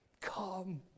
Come